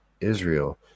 Israel